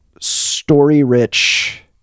story-rich